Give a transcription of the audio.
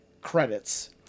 Credits